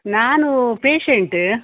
ನಾನೂ ಪೇಶೆಂಟ್